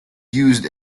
used